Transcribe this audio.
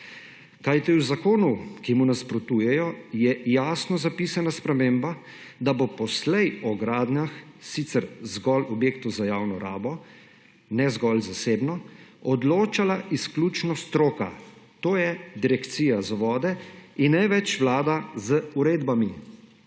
Kajti v zakonu, ki mu nasprotujejo, je jasno zapisna sprememba, da bo poslej o gradnjah sicer zgolj objektov za javno rabo, ne zgolj zasebno, odločala izključno stroka, to je Direkcija za vode in ne več Vlada z uredbami.